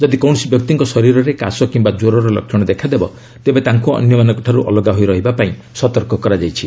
ଯଦି କୌଣସି ବ୍ୟକ୍ତିଙ୍କ ଶରୀରରେ କାଶ କିମ୍ବା କ୍ୱରର ଲକ୍ଷଣ ଦେଖାଦେବ ତେବେ ତାଙ୍କୁ ଅନ୍ୟମାନଙ୍କଠାରୁ ଅଲଗା ହୋଇ ରହିବାପାଇଁ ସତର୍କ କରାଯାଉଛି